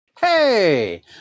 Hey